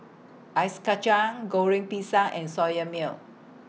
Ice Kachang Goreng Pisang and Soya Milk